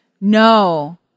no